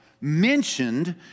mentioned